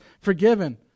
forgiven